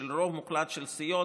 רוב מוחלט של סיעות,